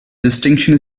distinction